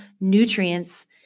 nutrients